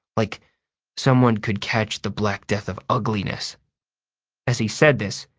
like someone could catch the black death of ugliness as he said this,